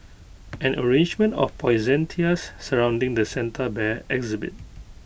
an arrangement of poinsettias surrounding the Santa bear exhibit